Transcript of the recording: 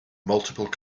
multiple